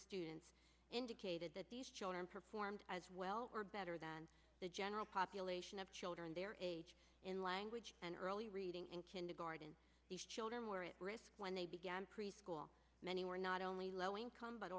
students indicated that these children performed as well or better than the general population of children their age in language and early reading and kindergarten children were at risk when they began preschool many were not only low income but